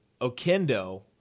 Okendo